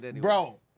Bro